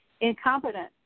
incompetent